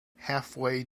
halfway